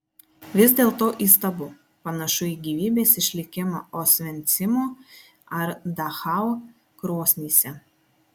vis dėlto įstabu panašu į gyvybės išlikimą osvencimo ar dachau krosnyse